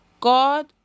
God